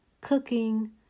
cooking